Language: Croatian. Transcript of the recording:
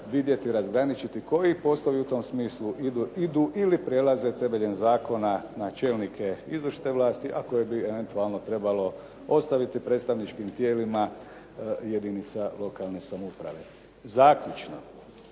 vidjeti, razgraničiti koji poslovi u tom smislu idu, idu ili prelaze temeljem zakona na čelnike izvršne vlasti a koje bi eventualno trebalo ostaviti predstavničkim tijelima jedinica lokalne samouprave. Zaključno.